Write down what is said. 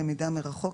למידה בשטח פתוח,